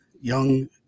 young